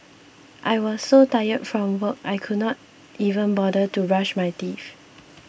I was so tired from work I could not even bother to brush my teeth